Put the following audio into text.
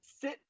Sit